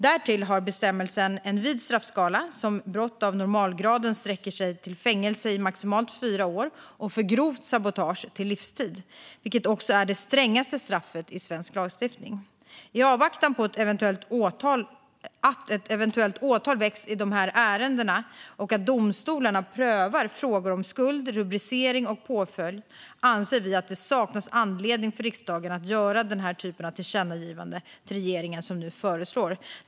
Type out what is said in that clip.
Därtill har bestämmelsen en vid straffskala som för brott av normalgraden sträcker sig till fängelse i maximalt fyra år och för grovt sabotage till livstid, vilket också är det strängaste straffet i svensk lagstiftning. I avvaktan på att eventuellt åtal väcks i de här ärendena och att domstolarna prövar frågor om skuld, rubricering och påföljd anser vi att det saknas anledning för riksdagen att göra den typ av tillkännagivanden till regeringen som nu föreslås.